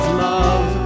love